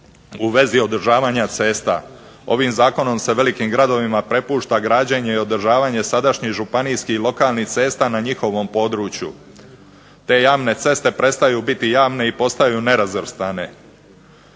u vezi održavanja cesta. Ovim zakonom se velikim gradovima prepušta građenje i održavanje sadašnjih županijskih i lokalnih cesta na njihovom području te javne ceste prestaju biti javne i postaju nerazvrstane.